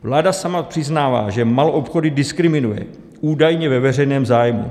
Vláda sama přiznává, že maloobchody diskriminuje údajně ve veřejném zájmu.